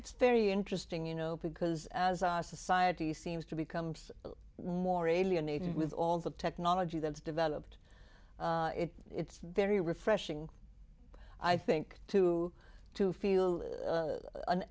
it's very interesting you know because as our society seems to become more alienated with all the technology that's developed it it's very refreshing i think to to feel